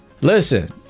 Listen